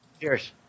Cheers